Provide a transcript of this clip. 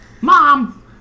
Mom